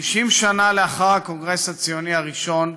50 שנה לאחר הקונגרס הציוני הראשון,